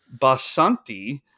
Basanti